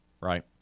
Right